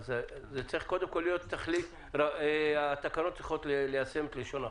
אז זה צריך קודם כול להיות תחליף התקנות צריכות ליישם את לשון החוק.